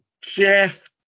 Jeff